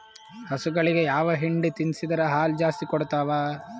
ಹಸುಗಳಿಗೆ ಯಾವ ಹಿಂಡಿ ತಿನ್ಸಿದರ ಹಾಲು ಜಾಸ್ತಿ ಕೊಡತಾವಾ?